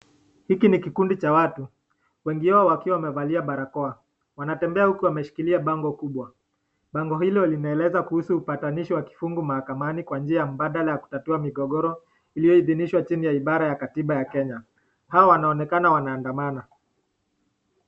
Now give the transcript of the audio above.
Hiki ni kikundi cha watu ,wengi wao wakiwa wamevalia barakoa. Wanatembea huku wameshikilia bango kubwa, bango hilo linaeleza kuhusu upatanisho wa kifungu mahakamani kwa njia ya mbadala ya mgogoro iliyohidhinishwa chini ya idhara ya katiba ya Kenya. Hawa wanaonekana wanaandamana.